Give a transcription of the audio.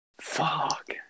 fuck